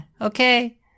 Okay